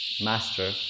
master